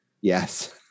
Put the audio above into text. Yes